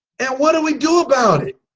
and what do we do about it?